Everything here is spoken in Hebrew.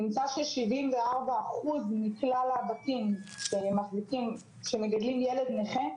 נמצא ש-74 אחוזים מכלל הבתים שמגדלים ילד נכה,